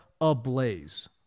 ablaze